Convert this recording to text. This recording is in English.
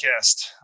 podcast